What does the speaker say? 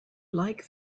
like